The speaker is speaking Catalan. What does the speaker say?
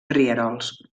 rierols